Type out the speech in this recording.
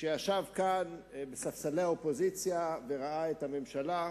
כשהוא ישב כאן בספסלי האופוזיציה וראה את הממשלה,